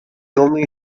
only